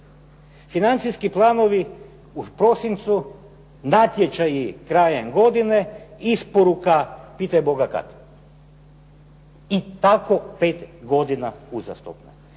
Financijski planovi u prosincu, natječaji krajem godine, isporuka pitaj Boga kad. I tako pet godina uzastopno.